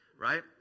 right